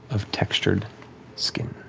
of textured skin.